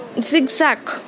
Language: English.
zigzag